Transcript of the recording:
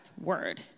word